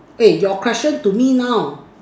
eh your question to me now